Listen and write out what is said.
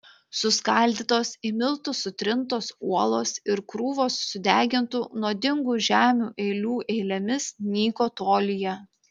suskaldytos į miltus sutrintos uolos ir krūvos sudegintų nuodingų žemių eilių eilėmis nyko tolyje